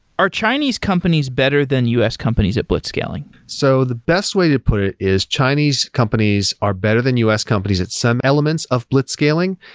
are chinese companies better than u s. companies at blitzscaling? so the best way to put it is chinese companies are better than u s. companies at some elements of blitzscaling,